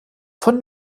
von